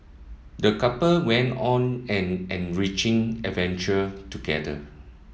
the couple went on an enriching adventure together